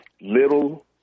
little